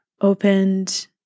opened